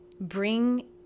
bring